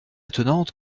attenante